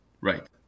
Right